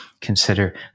consider